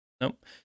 Nope